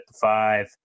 five